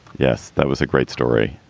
yes, that was a great story.